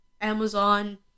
Amazon